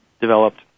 developed